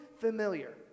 familiar